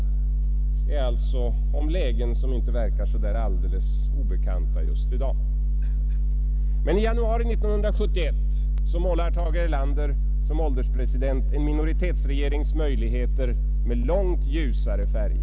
Det handlar alltså om lägen som inte verkar så alldeles obekanta just i dag. I januari 1971 målar emellertid Tage Erlander som ålderspresident en minoritetsregerings möjligheter i långt ljusare färger.